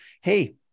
Hey